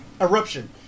Eruption